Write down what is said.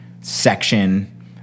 section